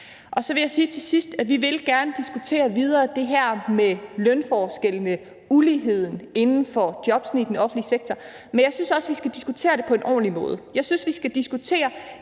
Og så vil jeg sige til sidst, at vi gerne videre vil diskutere det her med lønforskellene og med uligheden inden for jobbene i den offentlige sektor, men jeg synes også, at vi skal diskutere det på en ordentlig måde. Jeg synes, vi skal diskutere